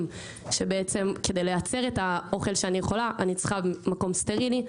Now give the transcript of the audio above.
לכך שבעצם כדי לייצר את האוכל שאני יכולה אני צריכה מקום סטרילי,